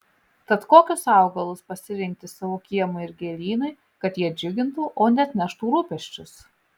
tad kokius augalus pasirinkti savo kiemui ir gėlynui kad jie džiugintų o ne atneštų rūpesčius